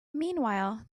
meanwhile